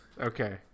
Okay